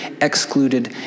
excluded